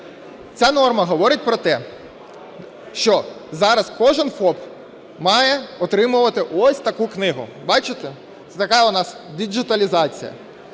Ця норма говорить про те, що зараз кожен ФОП має отримувати ось таку книгу. Бачите? Це така у нас діджиталізація.